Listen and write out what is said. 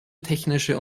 technische